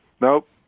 nope